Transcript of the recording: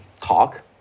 talk